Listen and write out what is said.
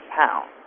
pounds